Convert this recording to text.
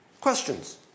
Questions